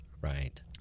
Right